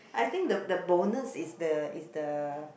I think the the bonus is the is the